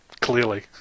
Clearly